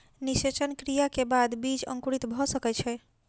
निषेचन क्रिया के बाद बीज अंकुरित भ सकै छै